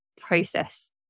process